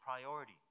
priority